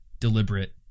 deliberate